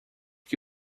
que